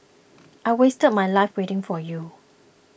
I wasted my life waiting for you